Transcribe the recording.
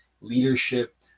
leadership